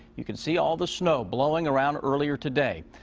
you can see all the snow blowing around earlier today.